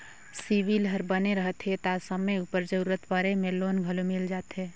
CIBIL हर बने रहथे ता समे उपर जरूरत परे में लोन घलो मिल जाथे